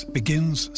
begins